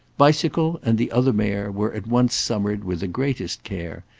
bicycle and the other mare were at once summered with the greatest care,